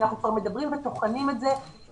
אנחנו כבר מדברים וטוחנים את זה חודשים